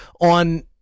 on